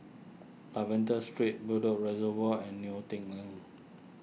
Lavender Street Bedok Reservoir and Neo Tiew Lane